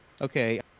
Okay